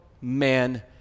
man